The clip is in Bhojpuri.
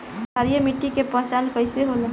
क्षारीय मिट्टी के पहचान कईसे होला?